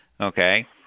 Okay